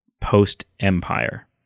post-Empire